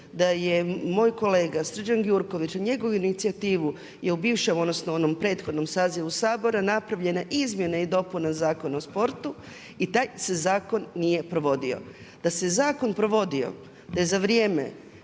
da je moj kolega Srđan Gjurković na njegovu inicijativu je u višem odnosno u onom prethodnom sazivu Sabora napravljene izmjene i dopune Zakona o sportu i taj se zakon nije provodio. Da se zakon provodio da je za vrijeme